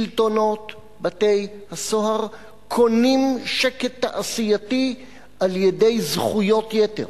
שלטונות בתי-הסוהר קונים שקט תעשייתי על-ידי זכויות יתר,